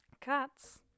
cats